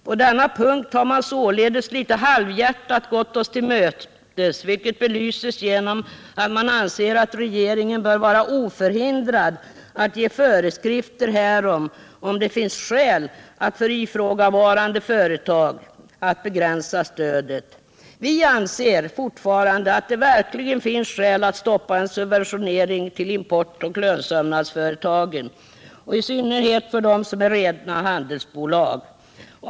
På denna punkt har man således litet halvhjärtat gått oss till mötes, vilket belyses av att man anser att regeringen bör vara oförhindrad att ge föreskrifter härom, om det finns skäl att för ifrågavarande företag begränsa stödet. Vi anser fortfarande att det verkligen finns skäl att stoppa en subventionering till importoch lönsömnadsföretag och i synnerhet för dem som är rena handelsbolag.